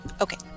Okay